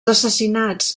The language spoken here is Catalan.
assassinats